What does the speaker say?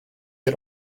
get